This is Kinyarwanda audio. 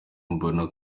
mbona